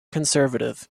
conservative